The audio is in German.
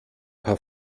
paar